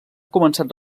començat